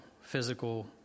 physical